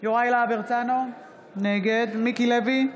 יוראי להב הרצנו, נגד מיקי לוי,